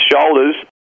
shoulders